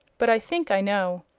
but i think i know.